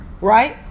right